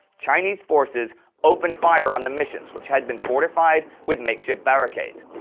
chinese forces opened fire on the missions, which had been fortified with makeshift barricades.